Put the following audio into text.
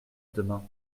demain